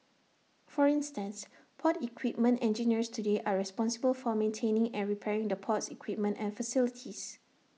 for instance port equipment engineers today are responsible for maintaining and repairing the port's equipment and facilities